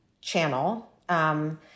channel